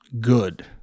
good